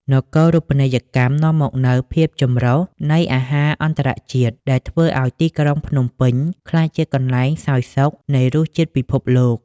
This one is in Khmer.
នគរូបនីយកម្មនាំមកនូវ "ភាពចម្រុះនៃអាហារអន្តរជាតិ" ដែលធ្វើឱ្យទីក្រុងភ្នំពេញក្លាយជាកន្លែងសោយសុខនៃរសជាតិពិភពលោក។